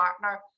partner